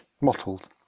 mottled